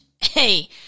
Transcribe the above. hey